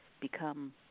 become